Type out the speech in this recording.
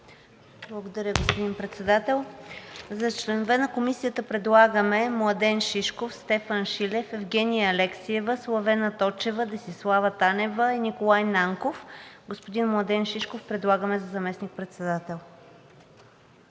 Благодаря, господин Председател. За членове на Комисията предлагаме Младен Шишков, Стефан Шилев, Евгения Алексиева, Славена Точева, Десислава Танева и Николай Нанков. Предлагаме господин Младен Шишков за заместник-председател.